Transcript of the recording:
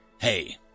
Hey